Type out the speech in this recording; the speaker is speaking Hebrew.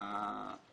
לשאול,